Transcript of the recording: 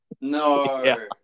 No